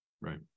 right